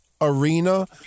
arena